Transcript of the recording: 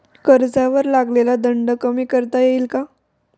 कर्जावर लागलेला दंड कमी करता येईल का?